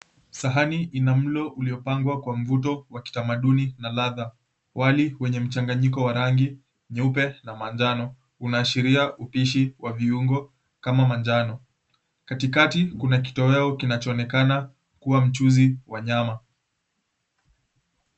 Sahani ina mlo uliopangwa kwa mvuto wa kitamaduni na ladhaa. Wali wenye mchanganyiko wa rangi nyeupe na manjano unaashiria upishi wa viungo kama manjano. Katikati kuna kitoweo kinachoonekana kuwa mchuzi wa nyama.